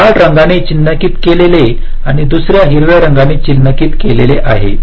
लाल रंगाने चिन्हांकित केलेले आणि दुसर्यास हिरव्याने चिन्हांकित केलेले आहे